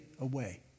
away